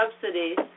subsidies